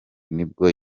nibwo